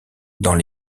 dans